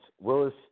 Willis